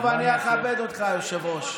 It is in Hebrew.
טוב, אני אכבד אותך, היושב-ראש.